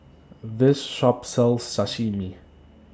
This Shop sells Sashimi